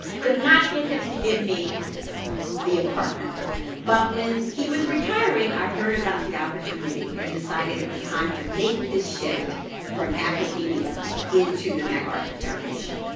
could not get him to give me the apartment but when he was retiring, i heard about the opportunity and decided it was time to make the shift from academia into the macarthur foundation.